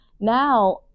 now